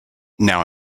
now